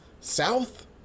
South